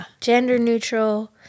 gender-neutral